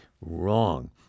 Wrong